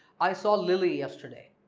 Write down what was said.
i saw lily yesterday